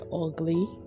ugly